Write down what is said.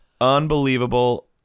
Unbelievable